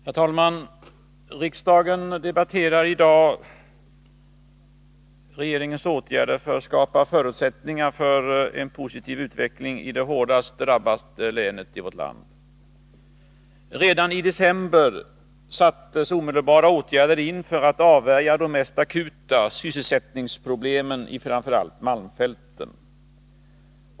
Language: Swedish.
Herr talman! Riksdagen debatterar i dag regeringens åtgärder för att skapa förutsättningar för en positiv utveckling i det hårdast drabbade länet i vårt land. Redan i december sattes omedelbara åtgärder in för att avvärja de mest akuta sysselsättningsproblemen i framför allt malmfälten.